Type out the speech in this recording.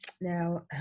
Now